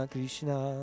Krishna